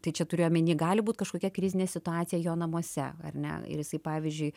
tai čia turiu omeny gali būt kažkokia krizinė situacija jo namuose ar ne ir jisai pavyzdžiui